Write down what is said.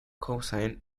cosine